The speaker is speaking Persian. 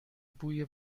بوی